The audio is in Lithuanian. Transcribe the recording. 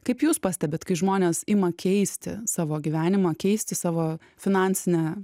kaip jūs pastebit kai žmonės ima keisti savo gyvenimą keisti savo finansinę